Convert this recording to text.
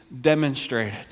demonstrated